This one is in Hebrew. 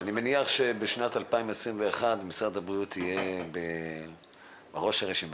--- אני מניח שבשנת 2021 משרד הבריאות יהיה בראש הרשימה,